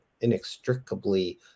inextricably